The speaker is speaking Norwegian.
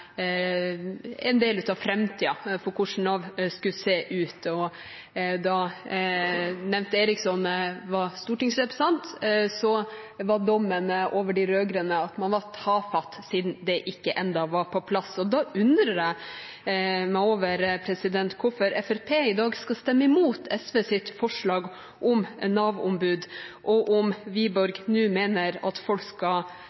en del av framtiden for hvordan Nav skulle se ut, og da nevnte Eriksson var stortingsrepresentant, var dommen over de rød-grønne at man var «tafatt» siden det ennå ikke var på plass. Da undrer jeg meg over hvorfor Fremskrittspartiet i dag skal stemme imot SVs forslag om et Nav-ombud, og om Wiborg nå mener at folk heller skal